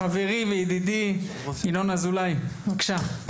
חברי וידידי ינון אזולאי, בבקשה.